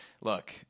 look